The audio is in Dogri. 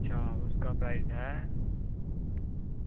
अच्छा उसका प्राईज़ ऐ